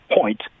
point